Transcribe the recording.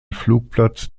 flugplatz